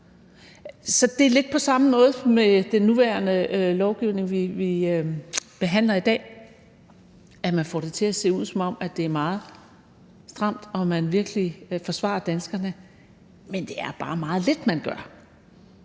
år. Det er lidt på samme måde med den nuværende lovgivning, vi behandler i dag, altså at man får det til at se ud, som om det er meget stramt og man virkelig forsvarer danskerne, men det er bare meget lidt, man gør.